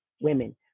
women